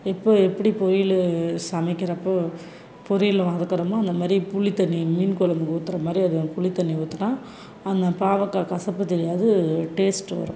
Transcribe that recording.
இப்போது எப்படி பொரியல் சமைக்கிறப்போது பொரியலை வதக்குறமோ அந்த மாதிரி புளி தண்ணியை மீன் கொழம்புக்கு ஊத்துகிற மாதிரி புளி தண்ணி ஊற்றுனா அந்த பாவக்காய் கசப்பு தெரியாது டேஸ்ட்டு வரும்